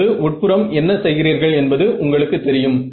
இப்போது உட்புறம் என்ன செய்கிறீர்கள் என்பது உங்களுக்கு தெரியும்